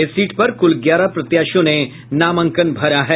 इस सीट पर कुल ग्यारह प्रत्याशियों ने नामांकन भरा है